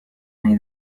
nahi